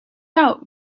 out